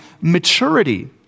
maturity